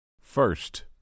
first